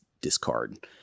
discard